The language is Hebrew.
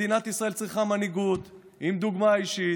מדינת ישראל צריכה מנהיגות עם דוגמה אישית,